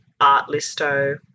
Artlisto